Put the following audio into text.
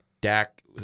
Dak